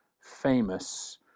famous